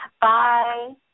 Bye